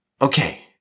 Okay